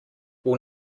will